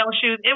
shoes